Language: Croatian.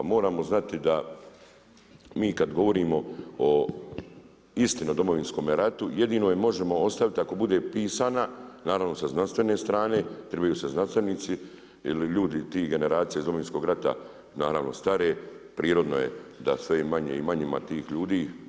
Moramo znati da mi kad govorimo o istini o Domovinskome ratu, jedino ju možemo ostaviti, ako bude pisana, naravno sa znanstvene strane, trebaju se znanstvenici ili ljudi tih generacija iz Domovinskog rata, naravno stare, prirodno je da sve manje i manje ima tih ljudi.